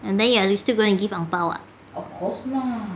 and then you are you still go and give ang bao ah